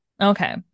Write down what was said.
Okay